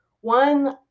One